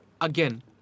again